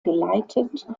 geleitet